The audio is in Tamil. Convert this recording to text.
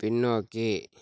பின்னோக்கி